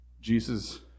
Jesus